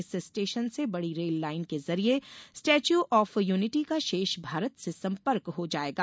इस स्टेशन से बड़ी रेल लाईन के जरिए स्टेच् ऑफ यूनिटी का शेष भारत से संपर्क हो जायेगा